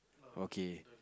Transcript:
okay